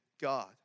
God